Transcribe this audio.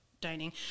dining